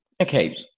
Okay